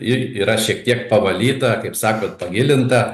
ir yra šiek tiek pavalyta kaip sakot pagilinta